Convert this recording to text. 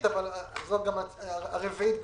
שלי אבל למעשה זאת השמיטה הרביעית שלי.